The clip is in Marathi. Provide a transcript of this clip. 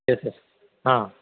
यस यस हां